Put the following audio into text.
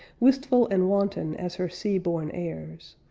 wistful and wanton as her sea-born airs,